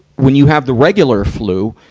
when you have the regular flu,